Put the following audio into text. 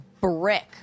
brick